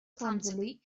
clumsily